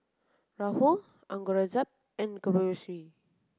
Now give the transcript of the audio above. Rahul Aurangzeb and Subbulakshmi